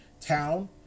town